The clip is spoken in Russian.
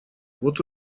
вот